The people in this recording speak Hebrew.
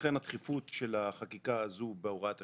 לכן הדחיפות של החקיקה הזו בהוראת השעה.